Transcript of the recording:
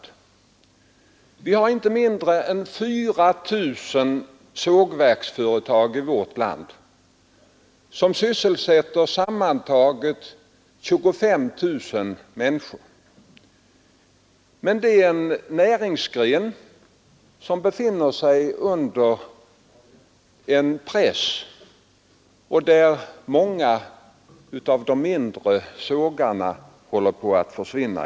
Det finns i Sverige inte mindre än 4 000 sågverksföretag, som sammantaget sysselsätter 25 000 människor. Men det är en näringsgren som befinner sig i en press, och många av de mindre sågarna håller i dag på att försvinna.